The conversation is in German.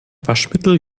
waschmittel